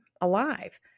alive